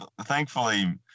thankfully